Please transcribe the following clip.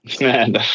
Man